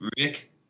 Rick